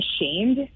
ashamed